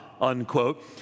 Unquote